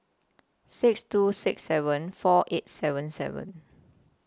six two six seven four eight seven seven